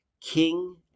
king